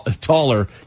taller